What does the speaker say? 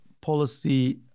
policy